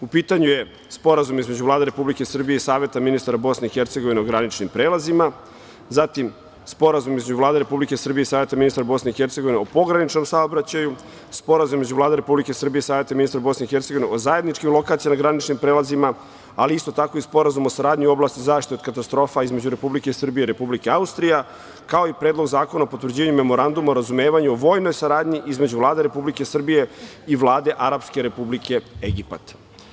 U pitanju je Sporazum između Vlade Republike Srbije i Saveta ministara Bosne i Hercegovine o graničnim prelazima, zatim, Sporazum između Vlade Republike Srbije i Saveta ministara Bosne i Hercegovine o pograničnom saobraćaju, Sporazum između Vlade Republike Srbije i Saveta ministara Bosne i Hercegovine o zajedničkim lokacijama na graničnim prelazima, ali isto tako i Sporazum o saradnji u oblasti zaštite od katastrofa između Republike Srbije i Republike Austrije, kao i Predlog zakona o potvrđivanju Memoranduma o razumevanju o vojnoj saradnji između Vlade Republike Srbije i Vlade Arapske Republike Egipat.